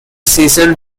season